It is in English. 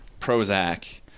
Prozac